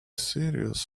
series